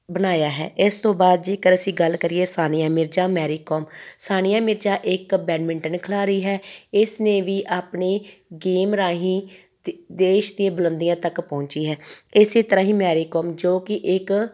ਬਣਾਇਆ ਹੈ ਇਸ ਤੋਂ ਬਾਅਦ ਜੇਕਰ ਅਸੀਂ ਗੱਲ ਕਰੀਏ ਸਾਨੀਆ ਮਿਰਜ਼ਾ ਮੈਰੀ ਕੌਮ ਸਾਣੀਆ ਮਿਰਜ਼ਾ ਇੱਕ ਬੈਡਮਿੰਟਨ ਖਿਲਾਰੀ ਹੈ ਇਸ ਨੇ ਵੀ ਆਪਣੀ ਗੇਮ ਰਾਹੀਂ ਦੇ ਦੇਸ਼ ਦੀਆਂ ਬੁਲੰਦੀਆਂ ਤੱਕ ਪਹੁੰਚੀ ਹੈ ਇਸੇ ਤਰ੍ਹਾਂ ਹੀ ਮੈਰੀ ਕੌਮ ਜੋ ਕਿ ਇੱਕ